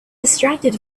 distracted